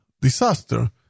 disaster